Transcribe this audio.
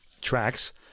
tracks